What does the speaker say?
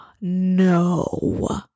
No